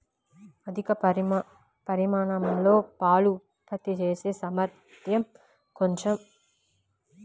అధిక పరిమాణంలో పాలు ఉత్పత్తి చేసే సామర్థ్యం కోసం డైరీల్లో పాడి పశువులను పెంచుతారు